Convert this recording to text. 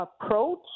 approach